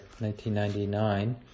1999